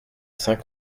saint